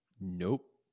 nope